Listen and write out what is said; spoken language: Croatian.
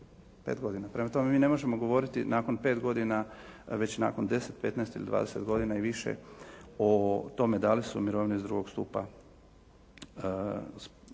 godina. Prema tome, mi ne možemo govoriti nakon 5 godina, već nakon 10, 15 ili 20 godina i više o tome da li su mirovine iz drugog stupa sa prvim